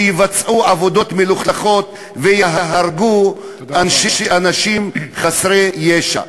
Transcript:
יבצעו עבודות מלוכלכות ויהרגו אנשים חסרי ישע.